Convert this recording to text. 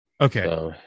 Okay